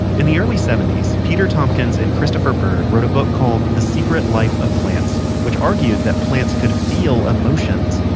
in the early seventies peter tompkins and christopher bird wrote a book called the secret life of plants, which argued that plants could feel emotions.